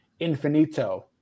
infinito